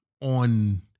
On